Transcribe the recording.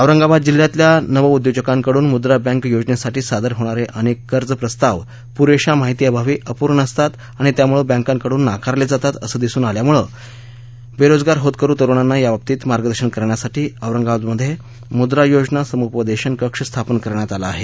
औरंगाबाद जिल्ह्यातल्या नवउद्योजकांकडून मुद्रा बँक योजनेसाठी सादर होणारे अनेक कर्ज प्रस्ताव पुरेशा माहितीअभावी अपूर्ण असतात आणि त्यामुळे बँकांकडून नाकारले जातात असं दिसून आल्यामुळे बेरोजगार होतकरू तरुणांना याबाबतीत मार्गदर्शन करण्यासाठी औरंगाबादमध्ये मुद्रा योजना समुपदेशन कक्ष स्थापन करण्यात आला आहे